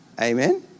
Amen